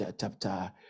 Chapter